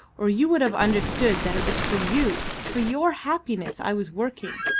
or you would have understood that it was for you, for your happiness i was working.